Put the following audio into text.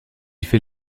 fait